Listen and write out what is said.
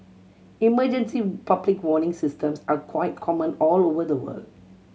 emergency public warning systems are quite common all over the world